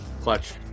clutch